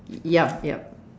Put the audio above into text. yup yup